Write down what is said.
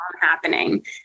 happening